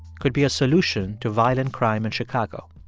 could be a solution to violent crime in chicago?